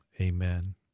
amen